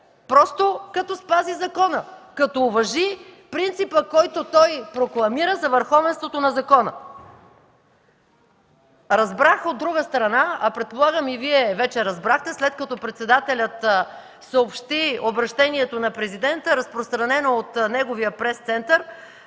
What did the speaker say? просто като спази закона, като уважи принципа, който той прокламира – за върховенството на закона. Разбрах от друга страна, а предполагам, че и Вие вече разбрахте – след като председателят съобщи обръщението на президента, разпространено от неговия Пресцентър,